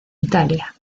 italia